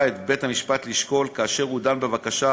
את בית-המשפט לשקול כאשר הוא דן בבקשה